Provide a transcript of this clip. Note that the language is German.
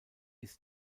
ist